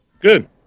Good